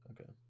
Okay